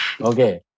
Okay